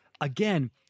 again